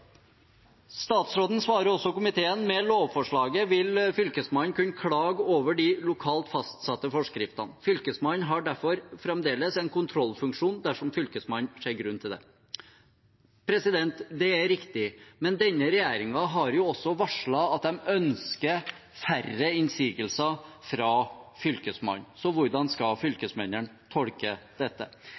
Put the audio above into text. Statsråden svarer også komiteen at med lovforslaget vil Fylkesmannen kunne klage over de lokalt fastsatte forskriftene: «Fylkesmannen har difor framleis ein kontrollfunksjon dersom fylkesmannen ser grunn til det.» Det er riktig, men denne regjeringen har jo også varslet at de ønsker færre innsigelser fra Fylkesmannen, så hvordan skal fylkesmennene tolke dette?